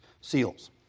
seals